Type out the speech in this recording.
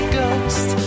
ghost